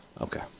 Okay